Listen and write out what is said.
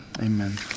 Amen